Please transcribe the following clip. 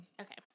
Okay